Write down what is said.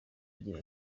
agira